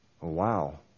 wow